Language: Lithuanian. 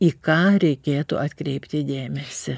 į ką reikėtų atkreipti dėmesį